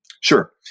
Sure